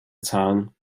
zahlen